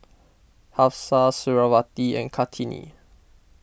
Hafsa Suriawati and Kartini